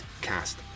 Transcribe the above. cast